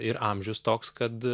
ir amžius toks kad